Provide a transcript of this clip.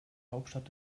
hauptstadt